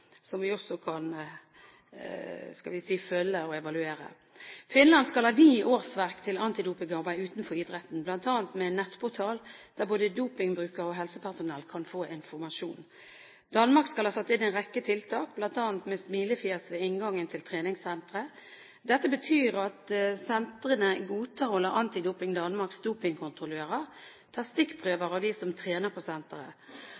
vi kan følge og evaluere. Finland skal ha ni årsverk til antidopingarbeid utenfor idretten, bl.a. med en nettportal der både dopingbrukere og helsepersonell kan få informasjon. Danmark skal ha satt inn en rekke tiltak, bl.a. med smilefjes ved inngangen til treningssentre. Dette betyr at senteret godtar å la Antidoping